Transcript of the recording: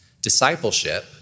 Discipleship